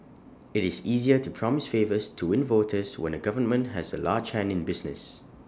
IT is easier to promise favours to win voters when A government has A large hand in business